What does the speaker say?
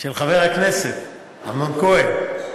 של חבר הכנסת אמנון כהן.